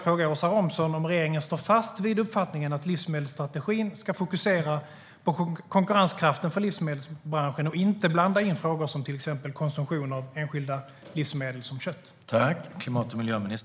Står regeringen fast vid uppfattningen att livsmedelsstrategin ska fokusera på konkurrenskraften för livsmedelsbranschen och inte blanda in frågor som till exempel konsumtion av enskilda livsmedel som kött?